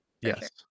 Yes